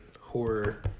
horror